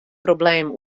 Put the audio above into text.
problemen